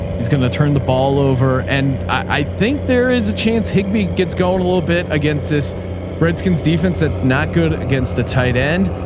he's going to turn the ball over. and i think there is a chance. higbee gets going a little bit against this redskins defense. that's not good against the tight end.